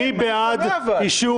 מי בעד אישור